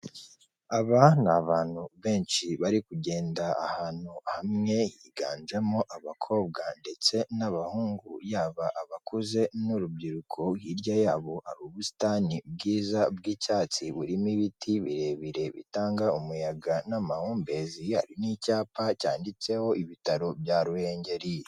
Aba ni abantu benshi bari kugenda ahantu hamwe, higanjemo abakobwa ndetse n'abahungu, yaba abakuze n'urubyiruko, hirya yabo hari ubusitani bwiza bw'icyatsi burimo ibiti birebire bitanga umuyaga n'amahumbezi, hari n'icyapa cyanditseho ibitaro bya Ruhengeri.